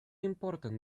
important